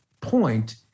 point